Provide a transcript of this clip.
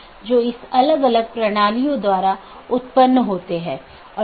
यदि हम अलग अलग कार्यात्मकताओं को देखें तो BGP कनेक्शन की शुरुआत और पुष्टि करना एक कार्यात्मकता है